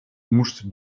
moest